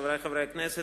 חברי חברי הכנסת,